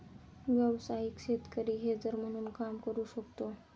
व्यावसायिक शेतकरी हेजर म्हणून काम करू शकतो